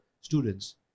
students